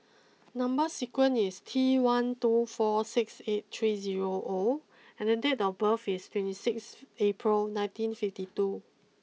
number sequence is T one two four six eight three zero O and date of birth is twenty six April nineteen fifty two